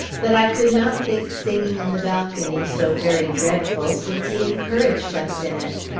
that i could not think singing in the balcony so very dreadful, since he encouraged us in it.